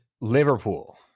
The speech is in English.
liverpool